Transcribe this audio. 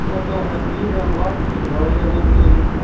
ਉਹ ਤੋਂ ਫਿਰ ਵੀਹ ਦਿਨ ਬਾਅਦ 'ਚ ਦਿਵਾਲੀ ਆ ਜਾਂਦੀ ਹੈ ਜੀ